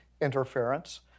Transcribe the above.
interference